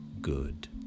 good